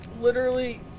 literally-